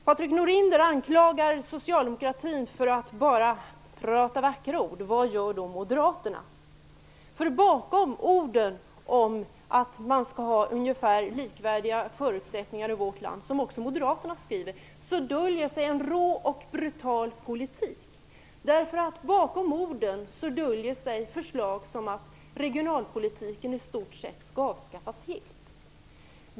Patrik Norinder anklagar socialdemokratin för att bara säga vackra ord. Vad gör då moderaterna? Bakom orden om att man skall ha likvärdiga förutsättningar i vårt land, något som också moderaterna skriver, döljer sig en rå och brutal politik. Bakom orden döljer sig förslag som att regionalpolitiken i stort sett helt skall avskaffas.